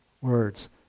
words